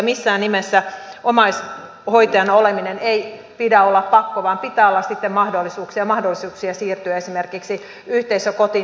missään nimessä omaishoitajana olemisen ei pidä olla pakko vaan pitää olla mahdollisuuksia siirtyä esimerkiksi yhteisökotiin